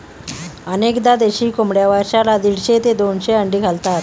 अनेकदा देशी कोंबड्या वर्षाला दीडशे ते दोनशे अंडी घालतात